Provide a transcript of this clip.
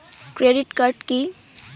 Credit card key?